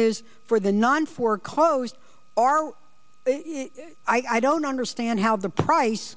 is for the non foreclosed are i don't understand how the price